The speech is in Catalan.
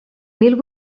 mil